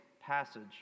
passage